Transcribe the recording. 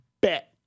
bet